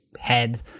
head